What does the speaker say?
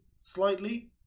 slightly